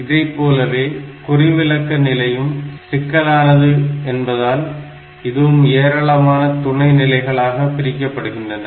இதைப்போலவே குறிவிலக்க நிலையும் சிக்கலானது என்பதால் இதுவும் ஏராளமான துணை நிலைகளாக பிரிக்கப்படுகன்றது